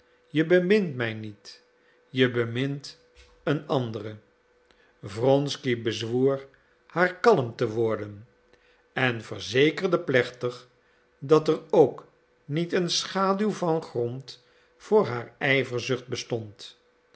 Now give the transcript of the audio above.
je bemint mij niet je bemint eene andere wronsky bezwoer haar kalm te worden en verzekerde plechtig dat er ook niet een schaduw van grond voor haar ijverzucht bestond